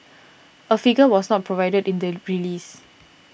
a figure was not provided in the release